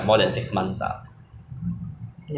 then now every time in singapore don't know do what